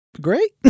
Great